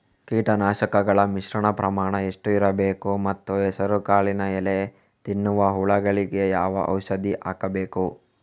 ಕೀಟನಾಶಕಗಳ ಮಿಶ್ರಣ ಪ್ರಮಾಣ ಎಷ್ಟು ಇರಬೇಕು ಮತ್ತು ಹೆಸರುಕಾಳಿನ ಎಲೆ ತಿನ್ನುವ ಹುಳಗಳಿಗೆ ಯಾವ ಔಷಧಿ ಹಾಕಬೇಕು?